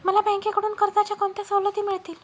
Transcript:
मला बँकेकडून कर्जाच्या कोणत्या सवलती मिळतील?